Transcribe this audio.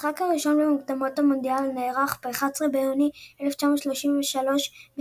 המשחק הראשון במוקדמות המונדיאל נערך ב-11 ביוני 1933 בסטוקהולם,